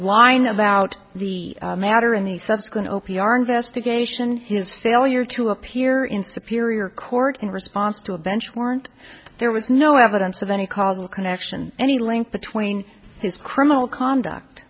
lying about the matter and the subsequent o p our investigation his failure to appear in superior court in response to a bench warrant there was no evidence of any causal connection any link between his criminal conduct